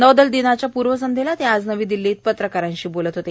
नौदल दिनाच्या पूर्व संध्येला ते आज नवी दिल्लीत पत्रकारांशी बोलत होते